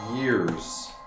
years